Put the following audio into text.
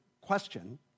question